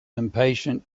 impatient